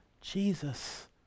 Jesus